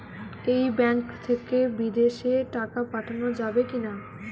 এই ব্যাঙ্ক থেকে বিদেশে টাকা পাঠানো যাবে কিনা?